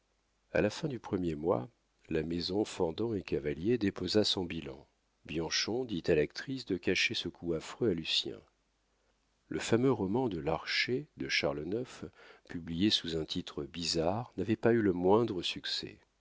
a la fin du premier mois la maison fendant et cavalier déposa son bilan bianchon dit à l'actrice de cacher ce coup affreux à lucien le fameux roman de l'archer de charles ix publié sous un titre bizarre n'avait pas eu le moindre succès